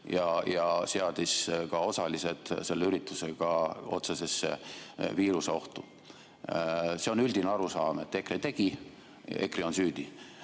ja seadis ka osalised selle üritusega otsesesse viiruseohtu. See on üldine arusaam, et EKRE tegi, EKRE on süüdi.